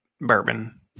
bourbon